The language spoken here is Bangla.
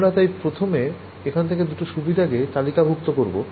আমরা তাই প্রথমে এখান থেকে দুটো সুবিধা কে তালিকাভুক্ত করবো